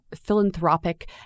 philanthropic